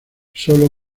sólo